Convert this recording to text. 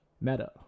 Meta